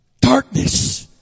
darkness